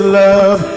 love